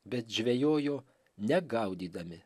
bet žvejojo ne gaudydami